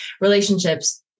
relationships